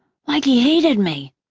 like he hated me.